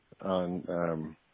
on